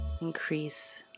increase